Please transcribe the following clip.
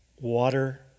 water